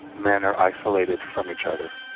men are isolated from each other.